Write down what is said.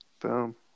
Boom